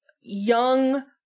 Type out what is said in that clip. young